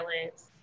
violence